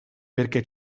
perché